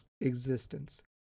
existence